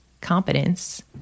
competence